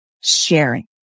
sharing